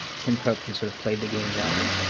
tim cook has sort of played the game well.